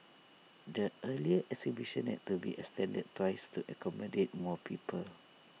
the earlier exhibition had to be extended twice to accommodate more people